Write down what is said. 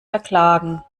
verklagen